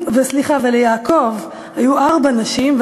וליעקב היו ארבע נשים,